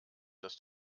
dass